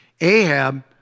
Ahab